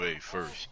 first